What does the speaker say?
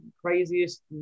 craziest